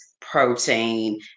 protein